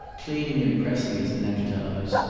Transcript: cleaning and pressing his neckties.